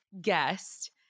guest